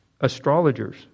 astrologers